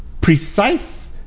precise